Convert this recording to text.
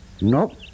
Nope